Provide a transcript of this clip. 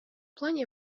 плане